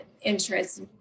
interest